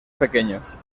pequeños